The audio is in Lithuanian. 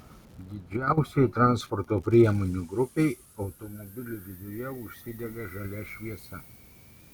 didžiausiai transporto priemonių grupei automobilių viduje užsidega žalia šviesa